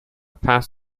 pass